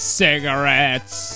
cigarettes